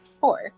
Four